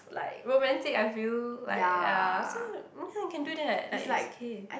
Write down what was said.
like romantic I feel like ya so ya you can do that like it's okay